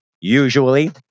usually